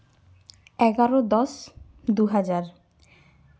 ᱮᱜᱟᱨᱚ ᱫᱚᱥ ᱫᱩ ᱦᱟᱡᱟᱨ